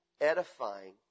edifying